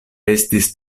estis